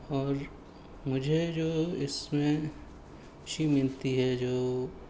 اور مجھے جو اس میں خوشی ملتی ہے جو